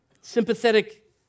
Sympathetic